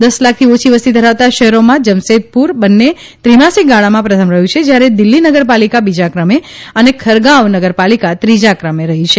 દસ લાખથી ઓછી વસતિ ધરાવતાં શહેરોમાં જમશેદપુર બંને ત્રિમાસિક ગાળામાં પ્રથમ રહ્યું જયારે દિલ્હી નગરપાલિકા બીજા ક્રમે અને ખરગાંવ નગરપાલિકા ત્રીજા કરમે રહી છે